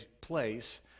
place